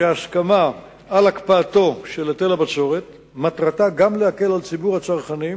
הסכמה על הקפאת היטל הבצורת מטרתה גם להקל על ציבור הצרכנים